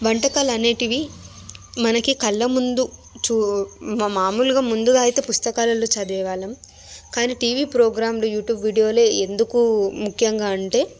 వంటకాలనేవి మనకి కళ్ళముందు చూ మామూలుగా ముందుగా అయితే పుస్తకాలలో చదివేవాళ్ళము కానీ టీవీ ప్రోగ్రాంలు యూట్యూబ్ వీడియోలే ఎందుకు ముఖ్యంగా అంటే